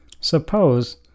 Suppose